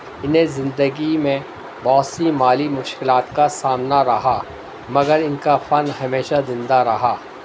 انہیں زندگی میں بہت سی مالی مشکلات کا سامنا رہا مگر ان کا فن ہمیشہ زندہ رہا